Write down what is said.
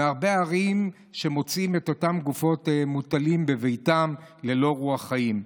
בהרבה ערים מוצאים את אותן גופות מוטלות בביתן ללא רוח חיים.